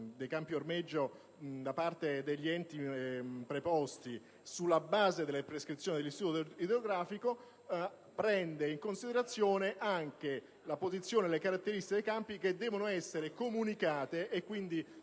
dei campi ormeggio da parte degli enti preposti sulla base delle prescrizioni dell'Istituto idrografico della Marina, esso prende in considerazione anche la posizione e le caratteristiche dei campi, che devono essere comunicate dagli